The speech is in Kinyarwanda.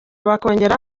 bakongera